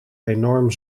enorm